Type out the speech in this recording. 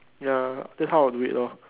ya that is how I will do it lor